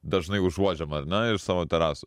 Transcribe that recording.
dažnai užuodžiam ar ne ir savo terasoj